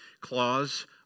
clause